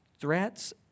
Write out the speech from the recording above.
threats